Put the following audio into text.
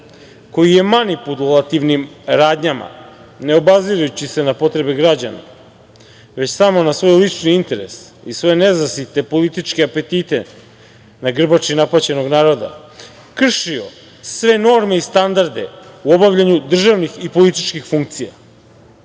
koji je manipulativnim radnjama ne obazirući se na potrebe građana, već samo na svoj lični interes i sve nezasite političke apetite na grbači napaćenog naroda kršio sve norme i standarde u obavljanju državnih i političkih funkcija.